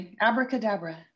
Abracadabra